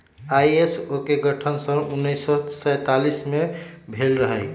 ISO के गठन सन उन्नीस सौ सैंतालीस में भेल रहै